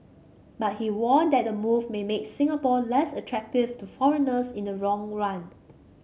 but he warned that the move may make Singapore less attractive to foreigners in the long run